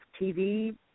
TV